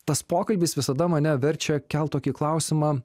tas pokalbis visada mane verčia kelt tokį klausimą